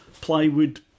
plywood